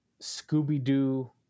scooby-doo